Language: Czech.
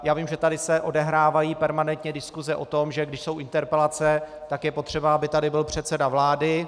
Já vím, že se tady odehrávají permanentně diskuse o tom, že když jsou interpelace, tak je potřeba, aby tady byl předseda vlády.